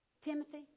Timothy